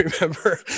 remember